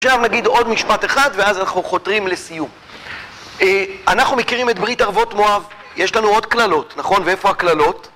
עכשיו נגיד עוד משפט אחד, ואז אנחנו חותרים לסיום. אנחנו מכירים את ברית ערבות מואב, יש לנו עוד קללות, נכון? ואיפה הקללות?